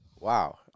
Wow